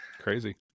Crazy